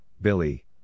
Billy